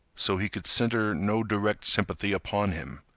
so he could center no direct sympathy upon him.